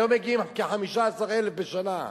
היום מגיעים כ-15,000 בשנה,